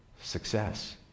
Success